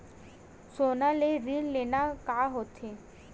सोना ले ऋण लेना का होथे?